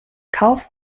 kauf